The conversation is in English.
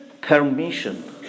permission